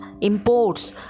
imports